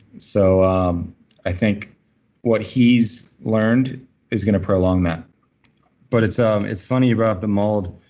so um i think what he's learned is going to prolong that but it's um it's funny you brought up the mold.